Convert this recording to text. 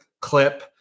clip